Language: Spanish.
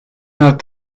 eran